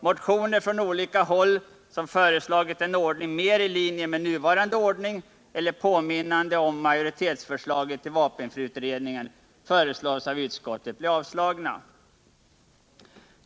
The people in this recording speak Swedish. Motioner från olika håll som föreslagit en ordning mer ilinje med nuvarande ordning eller påminnande om majoritetsförslaget i vapenfriutredningen föreslås av utskottet bli avslagna.